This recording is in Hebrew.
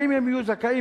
האם הם יהיו זכאים,